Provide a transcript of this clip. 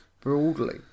Broadly